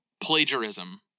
plagiarism